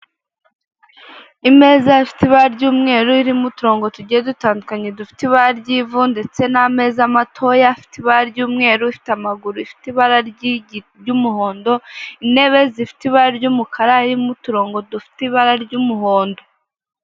Imeza ifite ibara ry'umweru irimo uturongo tujye dutandukanye dufite ibara ry'ivu ndetse n'ameza matoya afite ibara ry'umweru ifite amaguru ifite ibara ry'umuhondo, intebe zifite ibara ry'umukara irimo uturongo dufite ibara ry'umuhondo.